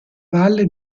valle